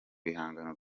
bihangano